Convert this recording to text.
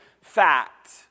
fact